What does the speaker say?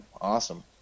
awesome